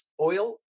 oil